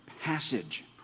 passage